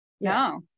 no